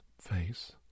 face